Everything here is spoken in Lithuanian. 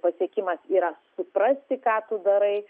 pasiekimas yra suprasti ką tu darai